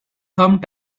thumb